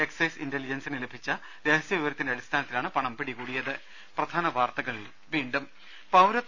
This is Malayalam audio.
എക്സൈസ് ഇന്റലിജൻസിന് ലഭിച്ച രഹസ്യവിവര ത്തിന്റെ അടിസ്ഥാനത്തിലാണ് പണം പിടികൂടിയത്